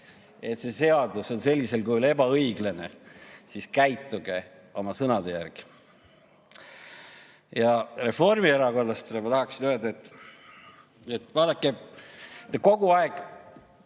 see seadus on sellisel kujul ebaõiglane, siis käituge oma sõnade järgi. Ja reformierakondlastele ma tahaksin öelda, et vaadake, te kogu aeg